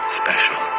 special